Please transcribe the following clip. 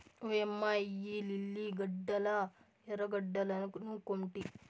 ఓయమ్మ ఇయ్యి లిల్లీ గడ్డలా ఎర్రగడ్డలనుకొంటి